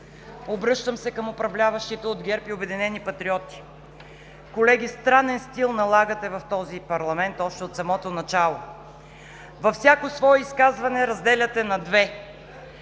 „Обръщам се към управляващите от ГЕРБ и „Обединени патриоти“. Колеги, странен стил налагате в този парламент още от самото начало: във всяко свое изказване разделяте на две.